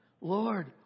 Lord